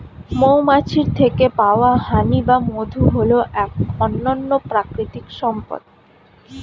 মৌমাছির থেকে পাওয়া হানি বা মধু হল এক অনন্য প্রাকৃতিক সম্পদ